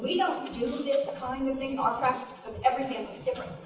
you know do this kind of thing in our practice because every family is different.